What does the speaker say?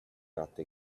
fatto